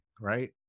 right